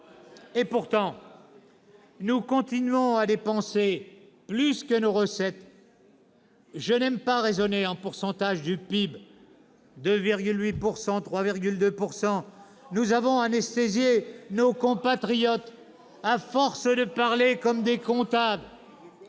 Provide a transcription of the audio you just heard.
Et pourtant, nous continuons à dépenser plus que nos recettes. Je n'aime pas raisonner en pourcentage du PIB : 2,8 %, 3,2 %... Nous avons anesthésié nos compatriotes à force de parler comme des comptables.